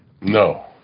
No